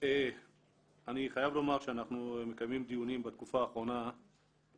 אני חייב לומר שאנחנו מקיימים דיונים בתקופה האחרונה,